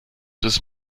des